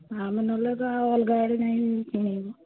ଆମେ ନହେଲେ ତ ଆଉ ଅଲ୍ଗା ଗାଡ଼ି ଯାଇ କିଣିବୁ